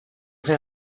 très